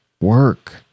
work